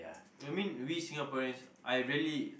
you mean we Singaporeans I really